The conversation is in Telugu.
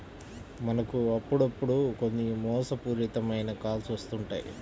మనకు అప్పుడప్పుడు కొన్ని మోసపూరిత మైన కాల్స్ వస్తుంటాయి